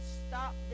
stop